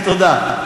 תודה.